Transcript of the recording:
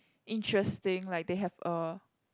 interesting like they have a